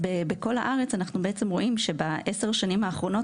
בכל הארץ אנחנו בעצם רואים שב-10 השנים האחרונות